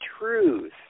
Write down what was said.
truth